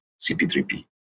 CP3P